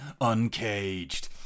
uncaged